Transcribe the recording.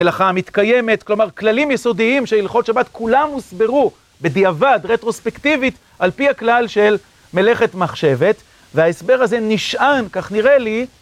הלכה המתקיימת, כלומר כללים יסודיים של הלכות שבת, כולם הוסברו בדיעבד, רטרוספקטיבית, על פי הכלל של מלאכת מחשבת, וההסבר הזה נשען, כך נראה לי.